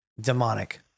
demonic